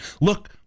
look